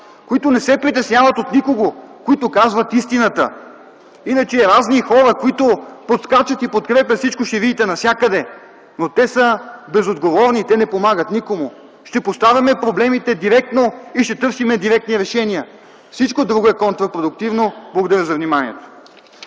които не се притесняват от никого, които казват истината. Иначе разни хора, които подскачат и подкрепят всичко, ще видите навсякъде, но те са безотговорни, те не помагат никому. Ще поставяме проблемите директно и ще търсим директни решения. Всичко друго е контрапродуктивно. Благодаря за вниманието.